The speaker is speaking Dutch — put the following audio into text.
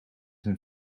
een